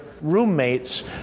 roommates